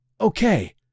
Okay